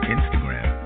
Instagram